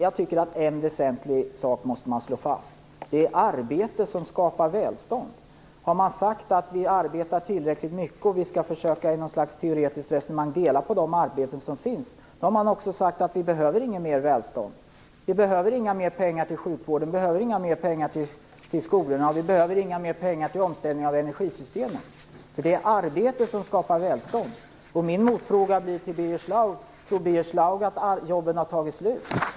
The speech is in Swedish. Jag tycker att man måste slå fast en väsentlig sak. Det är arbete som skapar välstånd. Har man sagt att vi arbetar tillräckligt mycket och att vi, i något slags teoretiskt resonemang, skall försöka dela på de arbeten som finns, då har man också sagt att vi inte behöver mer välstånd, att vi inte behöver mer pengar till sjukvården, till skolorna och till omställningen av energisystemen. Det är arbete som skapar välstånd. Min motfråga till Birger Schlaug blir: Tror Birger Schlaug att jobben har tagit slut?